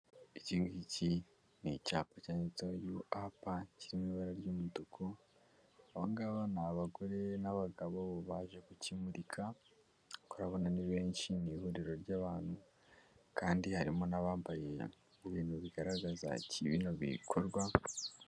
Iki ngiki ni icyapa cyanditseho UAP kiri mu ibara ry'umutuku, aba ngaba ni abagore n'abagabo baje kukimurika, kuko urabona ni benshi, ni ihuriro ry'abantu kandi harimo n'abambaye ibintu bigaragaza kimwe mu bikorwa...